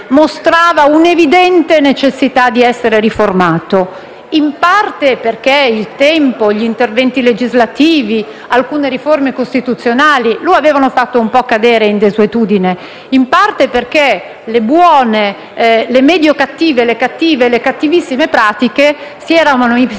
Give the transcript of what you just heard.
mostrava un'evidente necessità di essere riformato, in parte perché il tempo, gli interventi legislativi, alcune riforme costituzionali lo avevano fatto cadere in desuetudine, in parte perché le buone, le medio-cattive, le cattive e le cattivissime pratiche si erano manifestate